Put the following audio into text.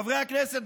חברי הכנסת,